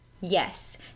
Yes